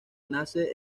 nace